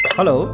Hello